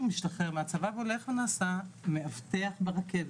הוא השתחרר מהצבא והוא הולך ונעשה מאבטח ברכבת,